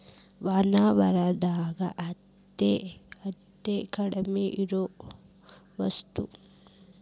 ವಾತಾವರಣದಾಗ ಅತೇ ಕಡಮಿ ಇರು ವಸ್ತು